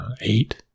eight